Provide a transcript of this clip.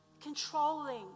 controlling